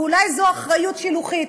ואולי זו אחריות שילוחית.